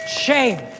Shame